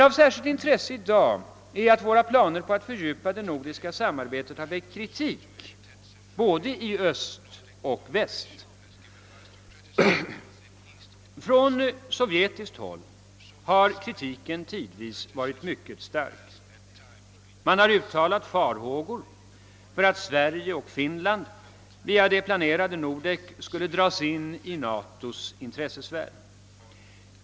Av särskilt intresse i dag är att våra planer på att fördjupa det nordiska samarbetet har väckt kritik i både öst och väst. Från sovjetiskt håll har kritiken tidvis varit mycket stark. Man har uttalat farhågor för att Sverige och Finland via det planerade Nordek skulle dras in i NATO: s intressesfär.